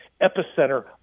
epicenter